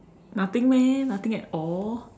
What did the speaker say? nothing meh nothing at all